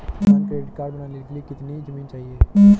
किसान credit card बनाने के लिए कितनी जमीन चाहिए?